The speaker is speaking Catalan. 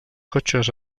cotxes